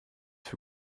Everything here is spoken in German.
für